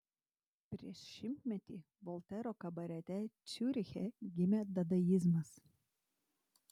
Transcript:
prieš šimtmetį voltero kabarete ciuriche gimė dadaizmas